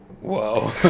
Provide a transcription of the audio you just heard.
Whoa